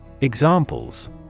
Examples